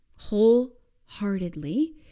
wholeheartedly